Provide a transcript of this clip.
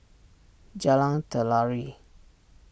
Jalan Telawi